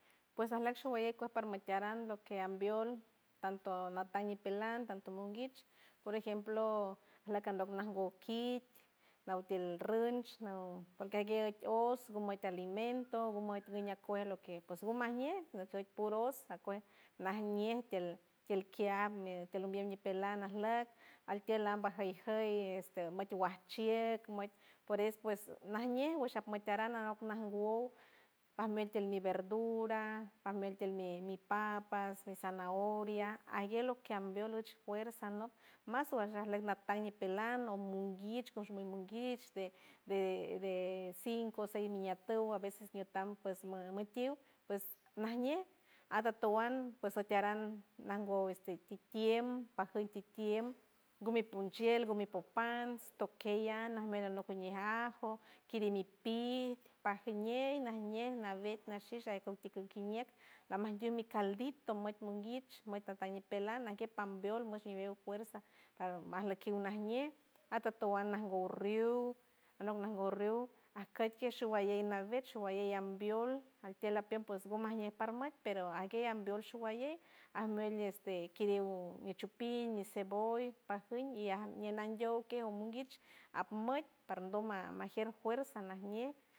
Pues arlek shoguayew para larti aran lo que ambiold tanto nat tan nipeland tanto munguich por ejemplo lacandoc nangon kit lautiel runch naw porque aguield oss rumean ti alimento guma guiña acuel loque pues guma ñe akoit puros akoij najñe ti ti alqui alat lumiel guiñepelan naj lok altield lamba jay jay este machoguan chiej por eso pues najñe guashaj mataran nalok nan wold palmel ti mi verdura palmel ti mi papas mi zanahoria algue loque ambio losh fuerza anok mas ahuelok natan ni peland o mongui o shonimunguit de de cinco seis miniatura a veces de tanto mackiut pues ñajne atotowuand pues otoaran nango este tikien pajiow tikiend gumi punchield gumi po pans tokey an lamen anokey ajo kirimi pin pajeañe najñe navet nashisha aconticukiñet lamandiumi caldito amoit monguich amoy tata ñipeland nanguet pambiold mash nibeu fuerza majlokiuit najñe atotowand nangorriu anok nangorriu akoit kie shubaye naibet shubaye ambiold altiel apen pues gumañe paramait pero aguey ambiold shubaye amel este kiriu mi chupin mi ceboll pajium y aj ñean nanyiold que o monguiwch apmoit pardon ma majer fuerza najñe.